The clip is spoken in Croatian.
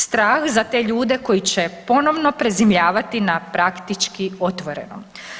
Strah za te ljude koji će ponovno prezimljavati na praktički otvorenom.